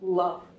love